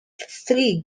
three